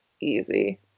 easy